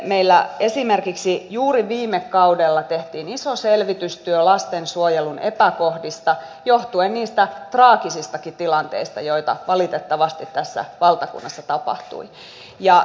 meillä esimerkiksi juuri viime kaudella tehtiin iso selvitystyö lastensuojelun epäkohdista johtuen niistä traagisistakin tilanteista joita valitettavasti tässä valtakunnassa tapahtui